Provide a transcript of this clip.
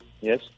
Yes